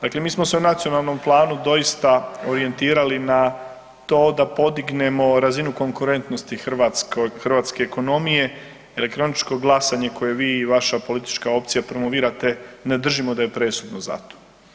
Dakle, mi smo u nacionalnom planu doista orijentirali na to da podignemo razinu konkurentnosti hrvatske ekonomije, elektroničko glasanje koje vi i vaša politička opcija promovirate, ne držimo da je presudna za to.